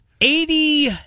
eighty